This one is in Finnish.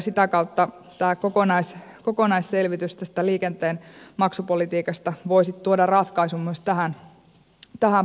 sitä kautta kokonaisselvitys liikenteen maksupolitiikasta voisi tuoda ratkaisun myös tähän problematiikkaan